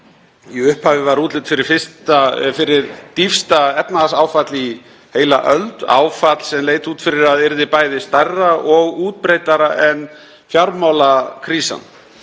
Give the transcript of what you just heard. Í upphafi var útlit fyrir dýpsta efnahagsáfall í heila öld, áfall sem leit út fyrir að yrði bæði stærra og útbreiddara en fjármálakrísan.